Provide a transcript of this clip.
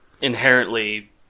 inherently